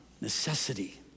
necessity